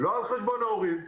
לא על חשבון ההורים,